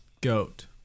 Goat